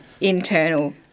internal